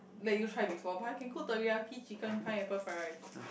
let you try before but I can cook teriyaki chicken pineapple fried rice